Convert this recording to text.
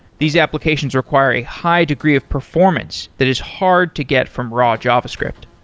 these applications require a high degree of performance that is hard to get from raw java script.